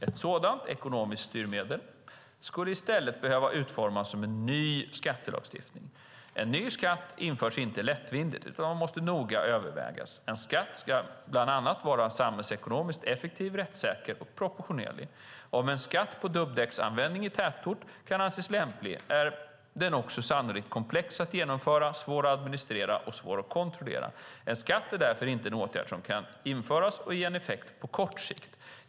Ett sådant ekonomiskt styrmedel skulle i stället behöva utformas som en ny skattelagstiftning. En ny skatt införs inte lättvindigt, utan måste noga övervägas. En skatt ska bland annat vara samhällsekonomomiskt effektiv, rättssäker och proportionerlig. Om en skatt på dubbdäcksanvändning i tätort kan anses lämplig är den också sannolikt komplex att genomföra, svår att administrera och svår att kontrollera. En skatt är därför inte en åtgärd som kan införas och ge en effekt på kort sikt.